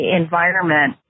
environment